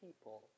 people